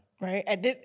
Right